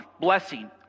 blessing